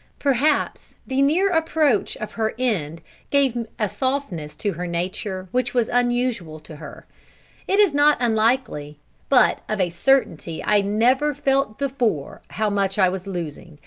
perhaps the near approach of her end gave a softness to her nature which was unusual to her it is not unlikely but, of a certainty, i never felt before how much i was losing,